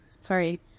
sorry